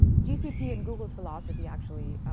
gcp and google's philosophy, actually,